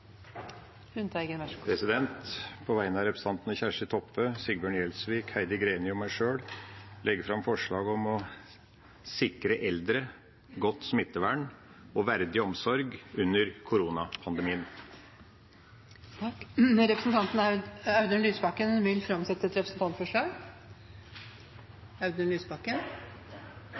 På vegne av representantene Kjersti Toppe, Sigbjørn Gjelsvik, Heidi Greni og meg sjøl vil jeg legge fram et forslag om å sikre eldre godt smittevern og verdig omsorg under koronapandemien. Representanten Audun Lysbakken vil framsette et representantforslag.